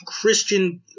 Christian